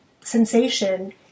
sensation